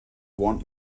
want